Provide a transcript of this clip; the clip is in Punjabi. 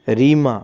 ਰੀਮਾ